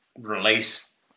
release